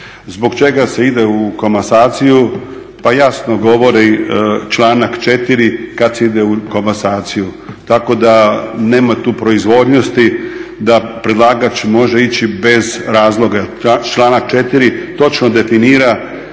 Zbog čega se ide u komasaciju, pa jasno govori članak 4. kad se ide u komasaciju. Tako da nema tu proizvoljnosti da predlagač može ići bez razloga. Članak 4. točno definira